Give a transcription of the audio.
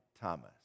Thomas